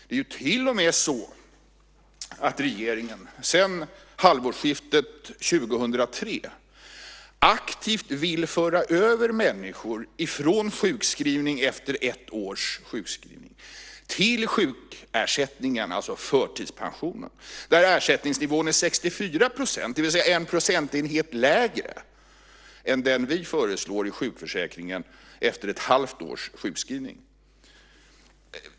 Det är till och med så att regeringen sedan halvårsskiftet 2003 aktivt vill föra över människor från sjukskrivning efter ett års sjukskrivning till sjukersättningen, det vill säga förtidspensionen. Där är ersättningsnivån 64 %, det vill säga en procentenhet lägre än den vi föreslår i sjukförsäkringen efter ett halvt års sjukskrivning.